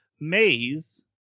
maze